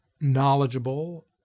knowledgeable